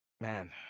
man